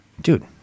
dude